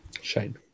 Shane